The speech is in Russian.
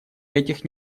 этих